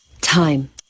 Time